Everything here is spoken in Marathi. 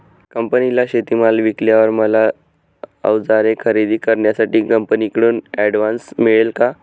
कंपनीला शेतीमाल विकल्यावर मला औजारे खरेदी करण्यासाठी कंपनीकडून ऍडव्हान्स मिळेल का?